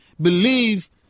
believe